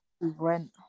rent